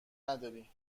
نداری